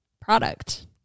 product